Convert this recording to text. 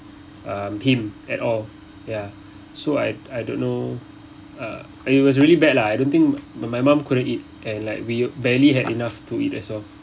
uh him at all ya so I I don't know uh it was really bad lah I don't think my mum couldn't eat and like we barely had enough to eat as well